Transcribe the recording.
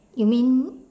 you mean